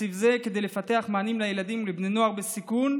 בתקציב זה כדי לפתח מענים לילדים ולבני נוער בסיכון,